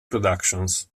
productions